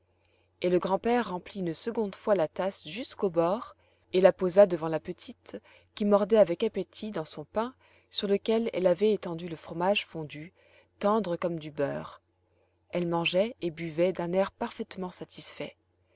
et le grand-père remplit une seconde fois la tasse jusqu'au bord et la posa devant la petite qui mordait avec appétit dans son pain sur lequel elle avait étendu le fromage fondu tendre comme du beurre elle mangeait et buvait d'un air parfaitement satisfait